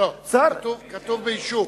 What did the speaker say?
לא, כתוב: "באישור".